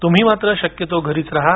तुम्ही मात्र शक्यतो घरीच रहा